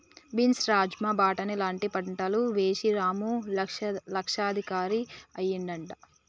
beans rajma బాటని లాంటి పంటలు వేశి రాము లక్షాధికారి అయ్యిండట